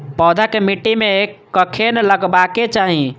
पौधा के मिट्टी में कखेन लगबाके चाहि?